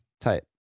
Tight